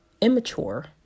immature